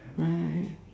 right